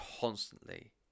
constantly